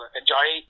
enjoy